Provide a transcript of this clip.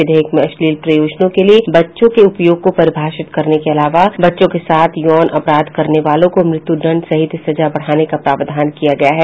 विधेयक में अश्लील प्रयोजनों के लिए बच्चे के उपयोग को परिभाषित करने के अलावा बच्चों के साथ यौन अपराध करने वालों को मृत्यू दण्ड सहित सजा बढ़ाने का प्रावधान किया गया है